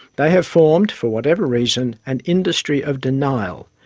they have formed, for whatever reason, an industry of denial,